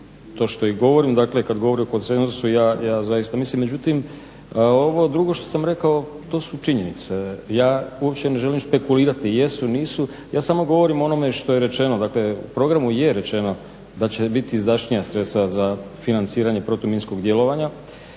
to što i govorim, dakle kad govorimo o konsenzusu, ja zaista mislim, međutim ovo drugo što sam rekao, to su činjenice. Ja uopće ne želim špekulirati, jesu ili nisu, ja samo govorim o onome što je rečeno, dakle u programu je rečeno da će biti izdašnija sredstva za financiranje protuminskog djelovanja,